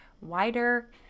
wider